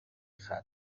ختم